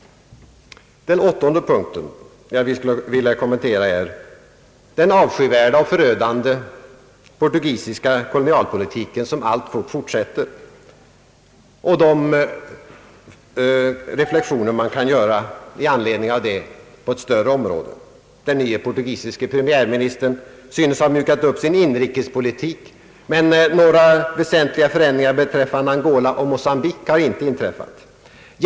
Den åttonde punkten som jag vill kommentera är den avskyvärda och förödande portugisiska kolonialpolitiken och förhållanden som hör samman därmed. Den nye portugisiske premiärministern synes ha mjukat upp sin inrikespolitik, men några väsentliga förändringar beträffande Angola och Mocambique har inte inträtt.